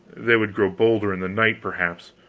they would grow bolder in the night, perhaps.